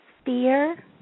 sphere